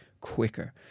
quicker